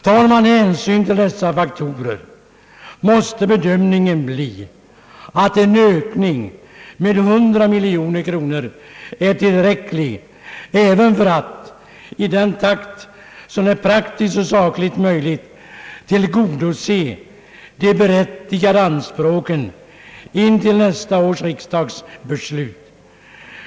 Tar man hänsyn till dessa faktorer måste bedömningen bli den, att en ökning med 100 miljoner kronor är tillräcklig även för att i den takt som är praktiskt och sakligt möjlig tillgodose de berättigade anspråken fram till nästa års riksdagsbeslut.